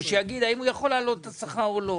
שיגיד אם הוא יכול להעלות את השכר או לא.